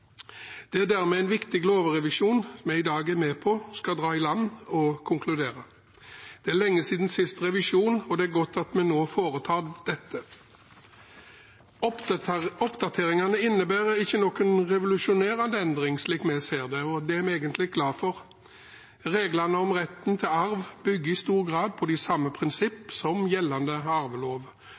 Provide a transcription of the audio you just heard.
Det er dermed en viktig lovrevisjon vi i dag er med på å dra i land og konkludere. Det er lenge siden siste revisjon, og det er godt at vi nå foretar dette. Oppdateringene innebærer ingen revolusjonerende endring, slik vi ser det, og det er vi egentlig glad for. Reglene om retten til arv bygger i stor grad på de samme prinsipper som gjeldende arvelov.